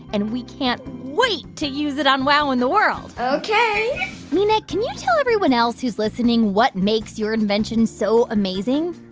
and we can't wait to use it on wow in the world ok mina, can tell everyone else who's listening what makes your invention so amazing?